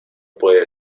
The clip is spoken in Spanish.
puede